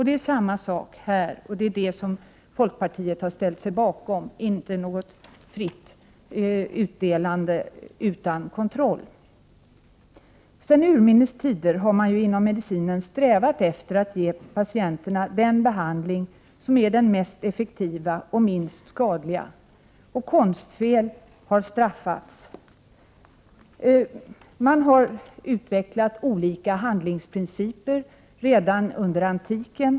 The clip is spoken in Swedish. Det är detta som folkpartiet har ställt sig bakom, och inte ett fritt utdelande utan kontroll. Sedan urminnes tider har man inom medicinen strävat efter att ge patienterna den behandling som är den mest effektiva och minst skadliga. Konstfel har straffats. Man utvecklade olika handlingsprinciper redan under antiken.